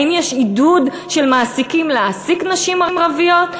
האם יש עידוד של מעסיקים להעסיק נשים ערביות?